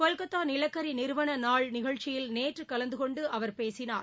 கொல்கத்தா நிலக்கரி நிறுவன நாள் நிகழ்ச்சியில் நேற்று கலந்துகொண்டு அவர் பேசினார்